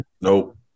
Nope